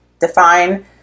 Define